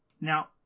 Now